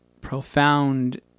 profound